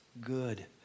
good